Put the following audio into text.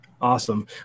Awesome